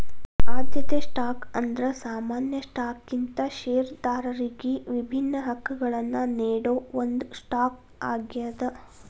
ಆದ್ಯತೆ ಸ್ಟಾಕ್ ಅಂದ್ರ ಸಾಮಾನ್ಯ ಸ್ಟಾಕ್ಗಿಂತ ಷೇರದಾರರಿಗಿ ವಿಭಿನ್ನ ಹಕ್ಕಗಳನ್ನ ನೇಡೋ ಒಂದ್ ಸ್ಟಾಕ್ ಆಗ್ಯಾದ